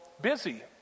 busy